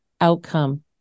outcome